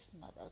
mother